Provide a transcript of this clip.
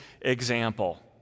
example